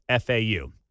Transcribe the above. FAU